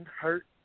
hurt